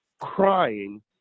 crying